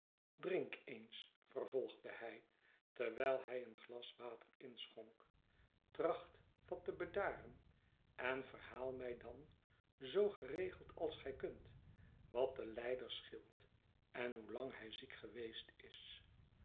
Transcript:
drink eens vervolgde hij terwijl hij een glas water inschonk tracht wat te bedaren en verhaal my dan zoo geregeld als gij kunt wat den lijder scheelt en hoelang hij ziek geweest is